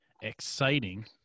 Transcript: exciting